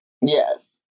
Yes